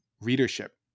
readership